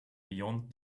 beyond